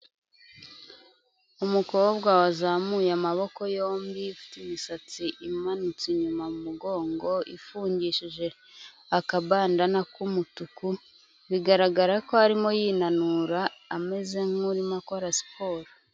Umukobwa wazamuye amaboko yombi ufite imisatsi imanutse inyuma mu mugongo ifungishije akabandana k'umutuku, bigaragara ko arimo yinanura ameze nk'urimo akora siporo.